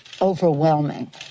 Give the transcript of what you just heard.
overwhelming